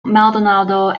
maldonado